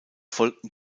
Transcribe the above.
folgten